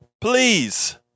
Please